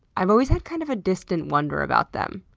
i've always had kind of a distant wonder about them.